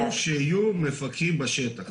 חשוב שיהיו מפקחים בשטח.